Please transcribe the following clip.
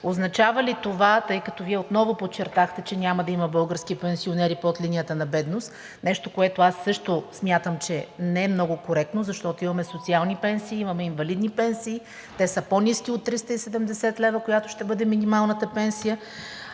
подпомагане. Тъй като Вие отново подчертахте, че няма да има български пенсионери под линията на бедност – нещо, което аз също смятам, че не е много коректно, защото имаме социални пенсии, имаме инвалидни пенсии – те са по-ниски от 370 лв., която ще бъде минималната пенсия,